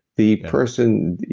the person,